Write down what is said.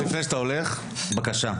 רגע,